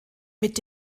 mit